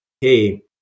hey